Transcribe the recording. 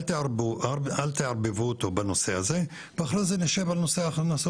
אל תערבבו אותו בנושא הזה ואחרי זה נשב על נושא ההכנסות.